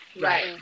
right